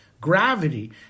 gravity